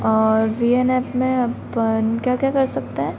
और V N app में अपन क्या क्या कर सकते हैं